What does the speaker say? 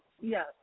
yes